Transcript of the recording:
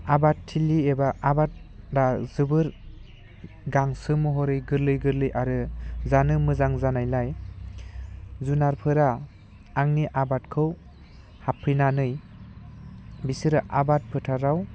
आबादथिलि एबा आबादा जोबोर गांसो महरै गोरलै गोरलै आरो जानो मोजां जानायलाय जुनारफोरा आंनि आबादखौ हाबफैनानै बिसोरो आबाद फोथाराव